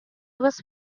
was